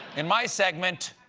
in my segment.